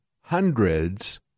hundreds